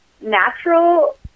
natural